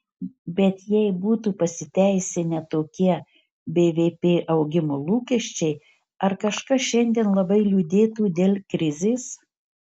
bet jei būtų pasiteisinę tokie bvp augimo lūkesčiai ar kažkas šiandien labai liūdėtų dėl krizės